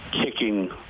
kicking